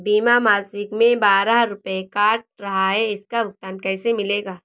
बीमा मासिक में बारह रुपय काट रहा है इसका भुगतान कैसे मिलेगा?